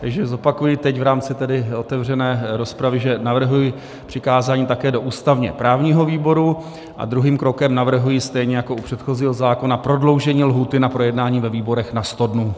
Takže zopakuji teď v rámci tedy otevřené rozpravy, že navrhuji přikázání také do ústavněprávního výboru a druhým krokem navrhuji stejně jako u předchozího zákona prodloužení lhůty na projednání ve výborech na 100 dnů.